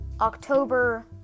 October